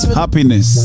happiness